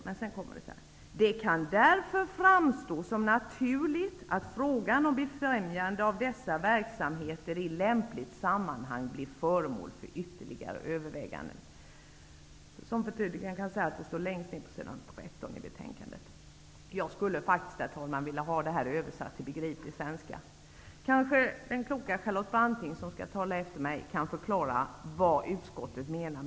Men sedan säger man: ''Det kan därför framstå som naturligt att frågan om befrämjande av dessa verksamheter i lämpligt sammanhang blir föremål för ytterligare överväganden.'' Det här återfinns längst ner på s. 13 i betänkande 26. Jag skulle faktiskt, herr talman, vilja ha detta översatt till begriplig svenska. Kanske den kloka Charlotte Branting, som skall tala efter mig, kan förklara vad utskottet menar.